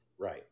Right